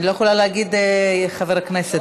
אני לא יכולה להגיד חבר הכנסת.